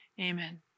amen